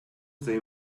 they